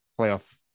playoff